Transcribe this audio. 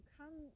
come